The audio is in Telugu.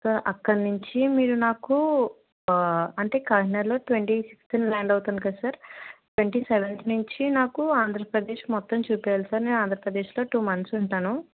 సార్ అక్కడ నుంచి మీరు నాకు అంటే కాకినాడలో ట్వంటీ సిక్స్త్న ల్యాండ్ అవుతుంది కదా సార్ ట్వంటీ సెవెంత్ నుంచి నాకు ఆంధ్రప్రదేశ్ మొత్తం చూపివ్వాలి సార్ నేను ఆంధ్రప్రదేశ్లో టూ మంత్స్ ఉంటాను